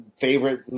favorite